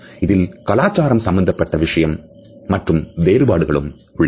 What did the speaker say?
இதில் கலாச்சாரம் சம்பந்தப்பட்ட விஷயம் மற்றும் வேறு விஷயங்களும் உள்ளன